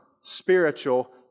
Spiritual